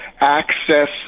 access